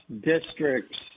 districts